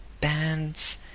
bands